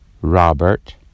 Robert